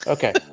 Okay